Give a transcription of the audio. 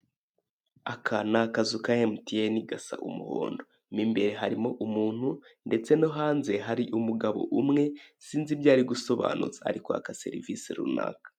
Aka ni akazu ka emutiyene gasa umuhondo, mo imbere harimo umuntu ndetse no hanze hari umugabo umwe, sinzi ibyo ari gusobanuza ari kwaka serivise runaka.